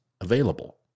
available